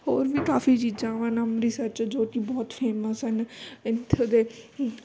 ਹੋਰ ਵੀ ਕਾਫੀ ਚੀਜ਼ਾਂ ਵਾ ਨਾ ਅੰਮ੍ਰਿਤਸਰ 'ਚ ਜੋ ਕਿ ਬਹੁਤ ਫੇਮਸ ਹਨ ਇੱਥੋਂ ਦੇ